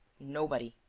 nobody.